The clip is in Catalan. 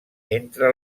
entre